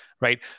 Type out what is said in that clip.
right